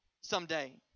someday